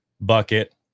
bucket